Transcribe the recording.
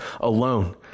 alone